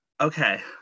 Okay